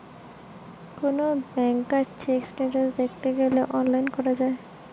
কোন ব্যাংকার check status দ্যাখতে গ্যালে অনলাইন করা যায়